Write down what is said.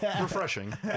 refreshing